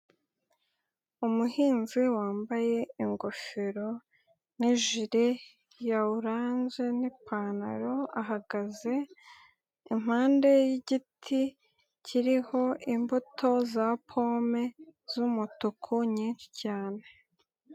Umuhinzi wambaye ingofero ni jiri ya oranje n'ipantaro ahagaze impande y'igiti kiriho imbuto za pome z'umutuku nyinshi cyane.